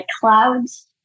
clouds